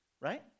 right